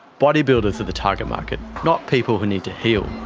bodybuilders are the target market, not people who need to heal.